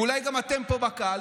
ואולי גם אתם פה בקהל,